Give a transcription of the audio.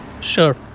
Sure